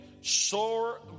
sore